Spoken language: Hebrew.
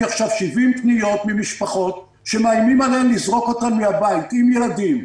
עכשיו 70 פניות ממשפחות שמאיימות עליהם לזרוק אותם מהבית עם הילדים.